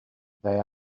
they